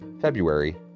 February